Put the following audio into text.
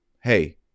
hey